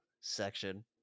section